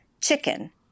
chicken